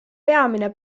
peamine